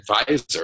advisor